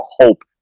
hope